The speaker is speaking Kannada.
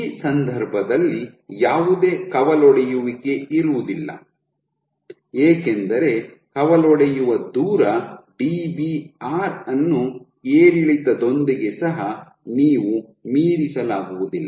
ಈ ಸಂದರ್ಭದಲ್ಲಿ ಯಾವುದೇ ಕವಲೊಡೆಯುವಿಕೆ ಇರುವುದಿಲ್ಲ ಏಕೆಂದರೆ ಕವಲೊಡೆಯುವ ದೂರ Dbr ಅನ್ನು ಏರಿಳಿತದೊಂದಿಗೆ ಸಹ ನೀವು ಮೀರಿಸಲಾಗುವುದಿಲ್ಲ